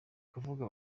bakavuga